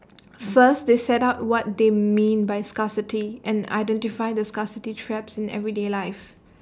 first they set out what they mean by scarcity and identify the scarcity traps in everyday life